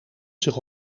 zich